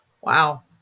Wow